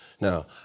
Now